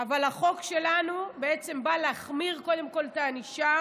אבל החוק שלנו בא להחמיר קודם כול את הענישה